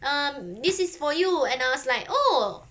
um this is for you and I was like oh